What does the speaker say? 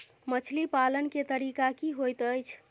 मछली पालन केँ तरीका की होइत अछि?